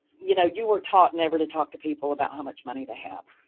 you know, you were taught never to talk to people about how much money they have,